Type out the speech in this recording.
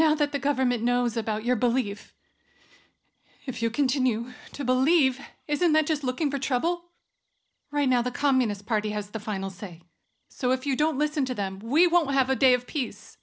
now that the government knows about your belief if you continue to believe isn't that just looking for trouble right now the communist party has the final say so if you don't listen to them we won't have a day of peace